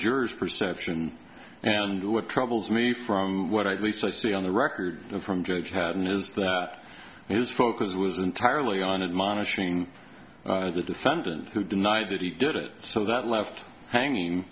jurors perception and what troubles me from what i see on the record from judge hadden is that his focus was entirely on admonishing the defendant who deny that he did it so that left hanging